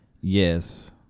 Yes